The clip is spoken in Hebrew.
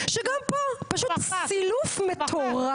זה בסיוע לצווים לכל רשויות המדינה.